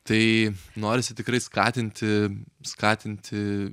tai norisi tikrai skatinti skatinti